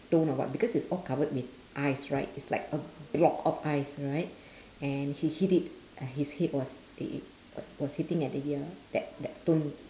stone or what because it's all covered with ice right it's like a block of ice right and he hit it his head was it it was hitting at the ear that that stone